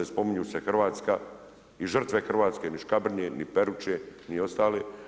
Spominju se Hrvatska i žrtve hrvatske, ni Škabrnje, ni Peruče, ni ostale.